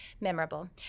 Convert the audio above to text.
memorable